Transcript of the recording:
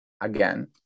again